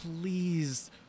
please –